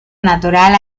natural